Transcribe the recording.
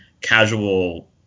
casual